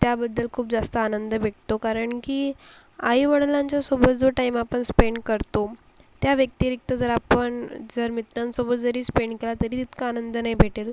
त्याबद्दल खूप जास्त आनंद भेटतो कारण की आईवडिलांच्यासोबत जो टाईम आपण स्पेंट करतो त्या व्यक्तिरिक्त जर आपण जर मित्रांसोबत जरी स्पेंड केला तरी तितका आनंद नाही भेटेल